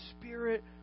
spirit